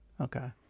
Okay